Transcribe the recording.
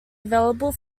available